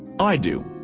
i do.